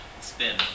spin